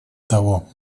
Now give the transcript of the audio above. того